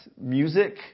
music